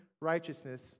righteousness